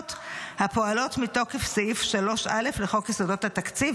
הפועלות מתוקף סעיף 3א לחוק יסודות התקציב,